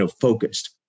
focused